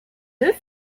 deux